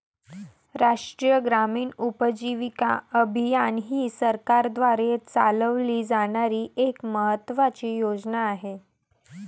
राष्ट्रीय ग्रामीण उपजीविका अभियान ही सरकारद्वारे चालवली जाणारी एक महत्त्वाची योजना आहे